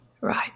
Right